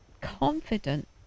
confident